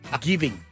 giving